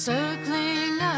Circling